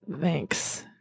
Thanks